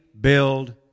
build